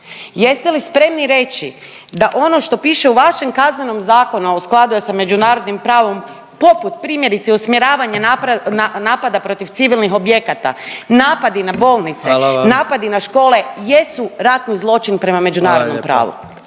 Jeste li spremni reći da ono što piše u vašem Kaznenom zakonu, a u skladu je sa međunarodnim pravom poput primjerice i usmjeravanja napada protiv civilnih objekata, napadi na bolnice, …/Upadica predsjednik: Hvala vam./… napadi